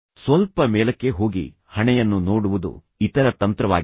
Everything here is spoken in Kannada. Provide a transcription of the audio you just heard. ಸ್ವಲ್ಪ ಮೇಲಕ್ಕೆ ಹೋಗಿ ಹಣೆಯನ್ನು ನೋಡುವುದು ಇತರ ತಂತ್ರವಾಗಿದೆ